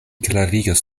klarigos